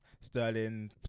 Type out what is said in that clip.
Sterling